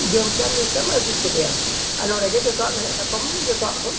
ᱡᱚᱢ ᱠᱮᱜ ᱟᱢ ᱧᱩ ᱠᱮᱜ ᱟᱢ ᱟᱹᱜᱩ ᱠᱮᱫᱮᱭᱟᱢ ᱟᱨ ᱱᱚᱰᱮ ᱜᱮ ᱡᱚᱛᱚᱣᱟᱜ ᱢᱮᱬᱦᱮᱫ ᱥᱟᱠᱚᱢ ᱡᱚᱛᱚᱣᱟᱜ ᱵᱚᱱ